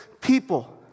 people